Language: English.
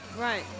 Right